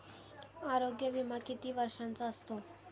आरोग्य विमा किती वर्षांचा असतो?